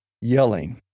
yelling